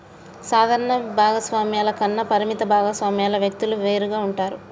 సాధారణ భాగస్వామ్యాల కన్నా పరిమిత భాగస్వామ్యాల వ్యక్తులు వేరుగా ఉంటారు